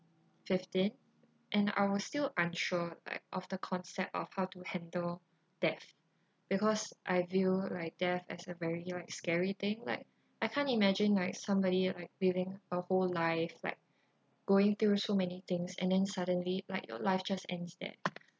fifteen and I was still unsure like of the concept of how to handle death because I view like death as a very like scary thing like I can't imagine like somebody like living a whole life like going through so many things and then suddenly like your life just ends there